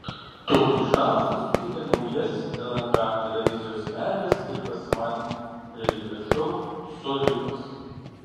tokį šansą suteikia naujasis lnk televizijos meilės ir pasimatymų realybės šou soriukas